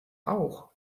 auch